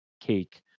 cake